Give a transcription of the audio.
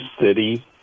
city